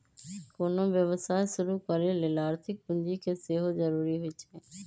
कोनो व्यवसाय शुरू करे लेल आर्थिक पूजी के सेहो जरूरी होइ छै